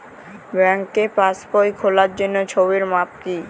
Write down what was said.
ব্যাঙ্কে পাসবই খোলার জন্য ছবির মাপ কী?